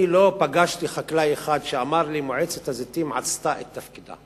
אני לא פגשתי חקלאי אחד שאמר לי: מועצת הזיתים עשתה את תפקידה,